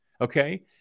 Okay